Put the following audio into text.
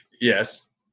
Yes